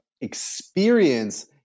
experience